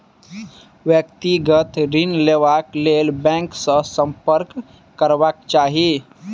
व्यक्तिगत ऋण लेबाक लेल बैंक सॅ सम्पर्क करबाक चाही